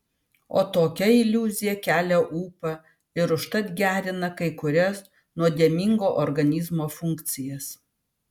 o tokia iliuzija kelia ūpą ir užtat gerina kai kurias nuodėmingo organizmo funkcijas